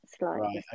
Right